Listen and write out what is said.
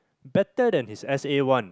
better than his S_A One